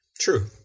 True